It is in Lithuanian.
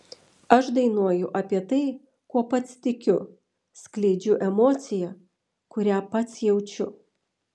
aš dainuoju apie tai kuo pats tikiu skleidžiu emociją kurią pats jaučiu